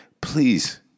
please